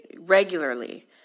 regularly